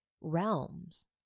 realms